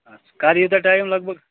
اچھ کَر یی تۄہہِ ٹایم لگ بگ